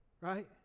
Right